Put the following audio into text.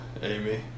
Amy